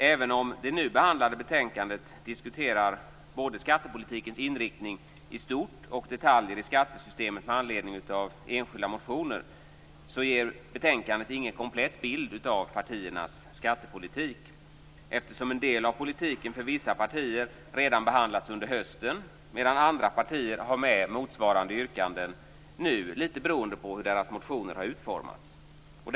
Även om det nu behandlade betänkandet diskuterar både skattepolitikens inriktning i stort och detaljer i skattesystemet med anledning av enskilda motioner ger betänkandet ingen komplett bild av partiernas skattepolitik. En del av politiken har för vissa partier redan behandlats under hösten, medan andra partier har med motsvarande yrkanden nu, till viss del beroende på hur deras motioner har utformats.